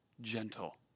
gentle